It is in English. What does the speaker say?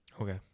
Okay